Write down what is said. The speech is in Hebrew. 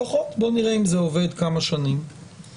לפחות נראה כמה שנים אם זה עובד,